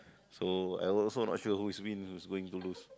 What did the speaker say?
so I also not sure who is win who is going to lose